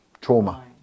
Trauma